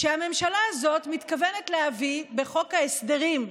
הממשלה הזאת מתכוונת להביא בחוק ההסדרים,